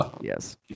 Yes